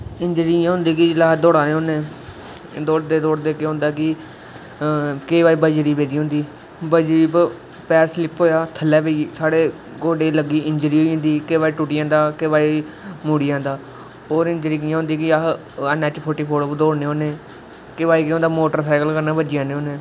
injury इ'यां होंदी जिसले अस दौड़ा दे होन्ने दोड़दे दोड़दे के होंदा कि केईं बारी बजरी पेदी होंदी बजरी उप्पर पैर सलिप होआ थ'ल्ले पेई साढ़े गोड़े गी लग्गी जंदी इंजरी होई जदी केईं बारी टुटी जंदा केईं बारी मुडी जंदा होऱ इंजरी कि'यां होंदी कि कि अस ऐन्न ऐच्च फोरटी फौर पर दोड़ने होन्ने केईं बारी केह् होंदा मोटर साइकल कन्ने बज्जी जन्ने होन्ने